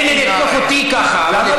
מילא לתקוף אותי ככה, אבל לתקוף אותו?